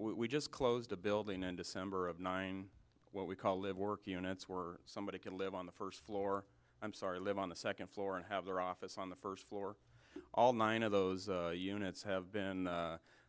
we just closed a building in december of nine what we call live work units we're somebody can live on the first floor i'm sorry live on the second floor and have their office on the first floor all nine of those units have been